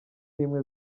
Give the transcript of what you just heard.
n’imwe